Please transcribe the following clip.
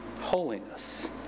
holiness